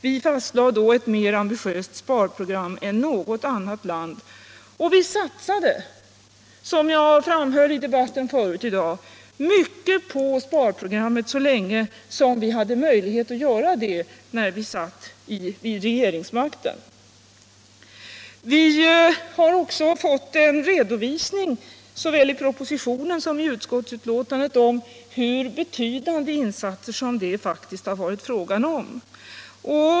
Vi fastlade då ett mera ambitiöst sparprogram än något annat land. Vi satsade, som jag framhöll i debatten förut i dag, mycket på sparprogrammet så länge som vi hade möjligheter att göra det — när vi hade regeringsmakten. Vi har också fått en redovisning såväl i propositionen som i utskottsbetänkandet om vilka betydande insatser det faktiskt har varit fråga om.